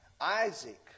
Isaac